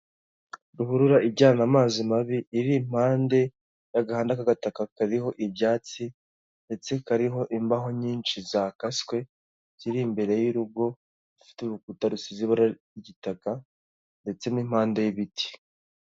Ruhurura ijyana amazi mabi iripande y'agahandada k'agataka kariho ibyatsi ndetse kariho imbaho nyinshi zakaswe ziri imbere y'urugo rufite urukuta rusize ibara ry'igitaka ndetse n'impande y'ibiti.